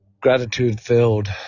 gratitude-filled